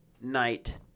night